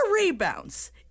rebounds